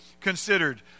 considered